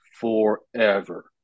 forever